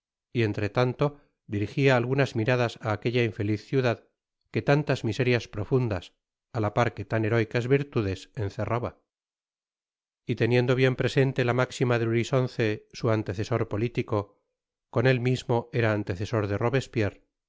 y entre tanto dirijia algunas miradas á aquella infeliz ciudad que tantas miserias profundas á la par que tan heroicas virtudes encerraba y teniendo bien presente la máxima de luis xi su antecesor politico como él mismo era el antecesor de robespierre